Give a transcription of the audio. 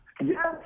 Yes